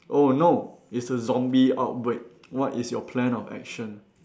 oh no it's a zombie outbreak what is your plan of action